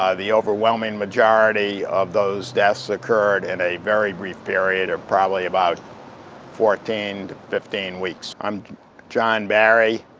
ah the overwhelming majority of those deaths occurred in a very brief period of probably about fourteen to fifteen weeks. i'm john barry.